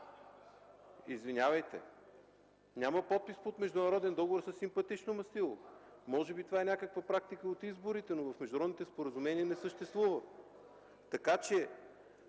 Извинявайте, няма подпис под международен договор със симпатично мастило. Може би това е някаква практика от изборите, но в международните споразумения не съществува. Така че